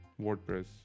WordPress